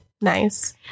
nice